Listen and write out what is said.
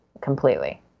completely